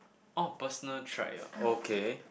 orh personal track ah okay